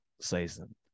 season